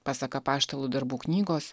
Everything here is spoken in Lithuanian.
pasak apaštalų darbų knygos